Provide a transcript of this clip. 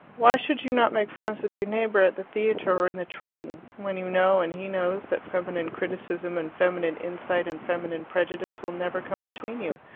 why should you not make friends with your neighbour at the theatre or in the train, when you know and he knows that feminine criticism and feminine insight and feminine prejudice will never come between you?